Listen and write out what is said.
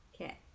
Okay